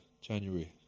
January